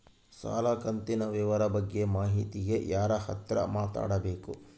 ಸಾಲ ಕಂತಿನ ವಿವರ ಬಗ್ಗೆ ಮಾಹಿತಿಗೆ ಯಾರ ಹತ್ರ ಮಾತಾಡಬೇಕು?